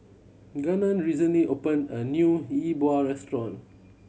Gannon recently opened a new Yi Bua restaurant